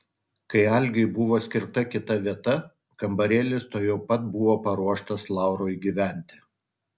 kai algiui buvo skirta kita vieta kambarėlis tuojau pat buvo paruoštas laurui gyventi